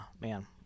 man